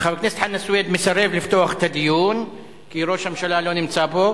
וחבר הכנסת חנא סוייד מסרב לפתוח את הדיון כי ראש הממשלה לא נמצא פה.